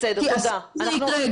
כי אסור שזה יקרה,